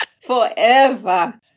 forever